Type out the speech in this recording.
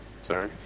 sorry